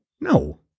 no